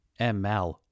ML